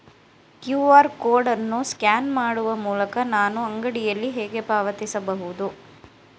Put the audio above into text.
QR code ಅನ್ನು scan ಮಾಡುವ ಮೂಲಕ ನಾನು ಅಂಗಡಿಯಲ್ಲಿ ಹೇಗೆ ಪಾವತಿಸಬಹುದು?